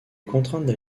contraintes